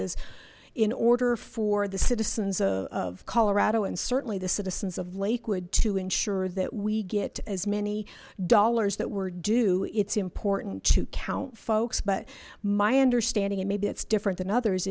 as in order for the citizens of colorado and certainly the citizens of lakewood to ensure that we get as many dollars that were due it's important to count folks but my understanding and maybe that's different than others